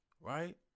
right